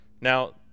Now